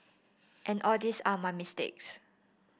and all these are my mistakes